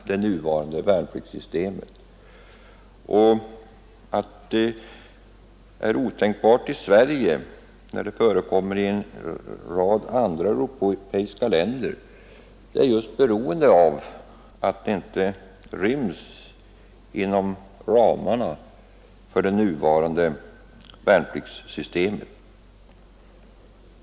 Att det är otänkbart i Sverige 47 att godta tjänstgöring i internationellt utvecklingssamarbete som alternativ till värnplikt när det förekommer i en rad andra europeiska länder beror just på att det inte ryms inom ramarna för det nuvarande värnpliktssystemet.